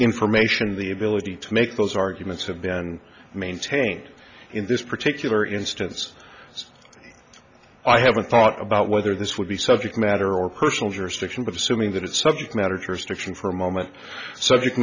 information and the ability to make those arguments have been maintained in this particular instance i haven't thought about whether this would be subject matter or personal jurisdiction but assuming that it's subject matter jurisdiction for a moment s